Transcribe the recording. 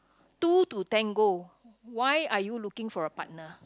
two to ten goal why are you looking for a partner